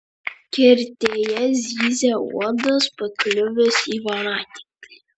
kertėje zyzė uodas pakliuvęs į voratinklį